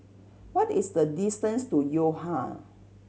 what is the distance to Yo Ha